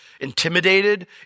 intimidated